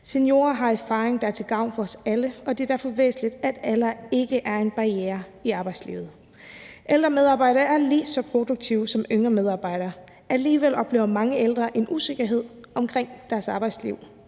Seniorer har erfaring, der er til gavn for os alle, og det er derfor væsentligt, at alder ikke er en barriere i arbejdslivet. Ældre medarbejdere er lige så produktive som yngre medarbejdere, alligevel oplever mange ældre en usikkerhed omkring deres arbejdsliv.